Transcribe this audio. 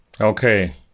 Okay